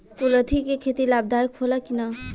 कुलथी के खेती लाभदायक होला कि न?